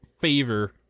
favor